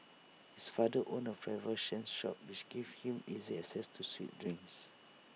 his father owned A provision shop which gave him easy access to sweet drinks